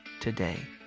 today